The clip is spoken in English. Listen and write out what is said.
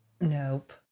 Nope